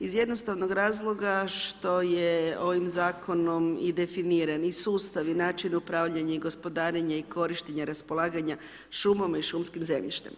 iz jednostavnog razloga što je ovim zakonom definiran i sustav i način upravljanja i gospodarenja i korištenje raspolaganja šumama i šumskim zemljištem.